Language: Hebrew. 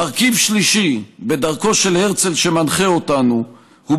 מרכיב שלישי בדרכו של הרצל שמנחה אותנו הוא